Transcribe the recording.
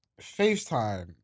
Facetime